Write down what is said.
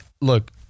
look